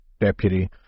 deputy